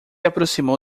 aproximou